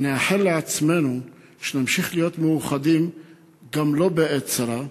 ונאחל לעצמנו שנמשיך להיות מאוחדים גם לא בעת צרה,